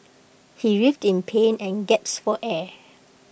he writhed in pain and gasped for air